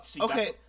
Okay